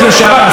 והשר,